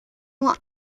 nur